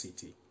CT